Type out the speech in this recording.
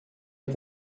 est